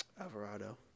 Alvarado